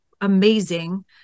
amazing